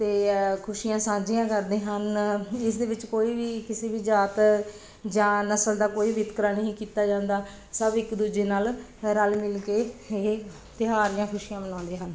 ਅਤੇ ਖੁਸ਼ੀਆਂ ਸਾਂਝੀਆਂ ਕਰਦੇ ਹਨ ਇਸ ਦੇ ਵਿੱਚ ਕੋਈ ਵੀ ਕਿਸੇ ਵੀ ਜਾਤ ਜਾਂ ਨਸਲ ਦਾ ਕੋਈ ਵਿਤਕਰਾ ਨਹੀਂ ਕੀਤਾ ਜਾਂਦਾ ਸਭ ਇੱਕ ਦੂਜੇ ਨਾਲ ਰਲ ਮਿਲ ਕੇ ਇਹ ਤਿਉਹਾਰ ਜਾਂ ਖੁਸ਼ੀਆਂ ਮਨਾਉਂਦੇ ਹਨ